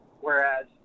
whereas